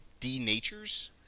denatures